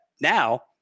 now